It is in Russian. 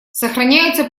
сохраняются